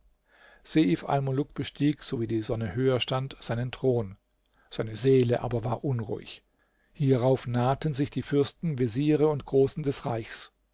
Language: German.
bestieg sowie die sonne höher stand seinen thron seine seele aber war unruhig hierauf nahten sich die fürsten veziere und großen des reichs